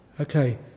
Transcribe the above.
Okay